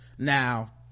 now